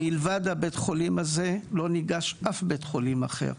מלבד בית החולים הזה לא ניגש אף בית חולים אחר.